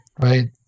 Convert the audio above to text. right